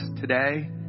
today